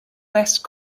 west